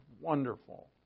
wonderful